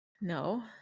No